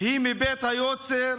היא מבית היוצר